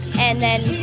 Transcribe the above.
and then